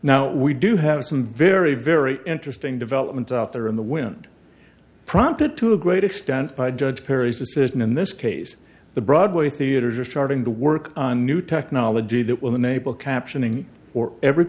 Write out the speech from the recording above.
now we do have some very very interesting development out there in the wind prompted to a great extent by judge perry's decision in this case the broadway theaters are starting to work on new technology that will enable captioning for every